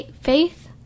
faith